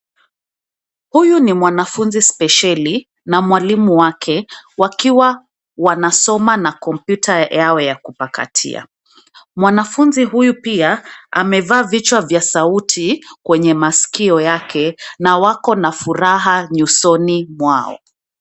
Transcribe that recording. Huyu ni mwanafunzi spesheli , na mwalimu wake, wakiwa, wanasoma na kompyuta yao ya kupakatia, mwanafunzi huyu pia, amevaa vichwa vya sauti, kwenye masikio yake na wako na furaha nyusoni mwao.